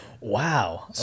wow